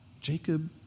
Jacob